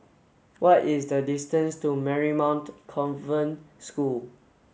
what is the distance to Marymount Convent School